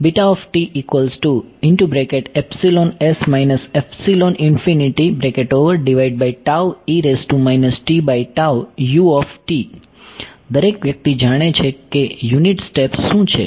દરેક વ્યક્તિ જાણે છે કે યુનિટ સ્ટેપ્સ શું છે